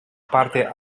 parte